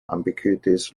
ambiguities